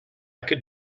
could